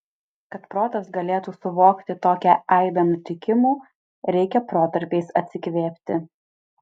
kad protas galėtų suvokti tokią aibę nutikimų reikia protarpiais atsikvėpti